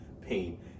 pain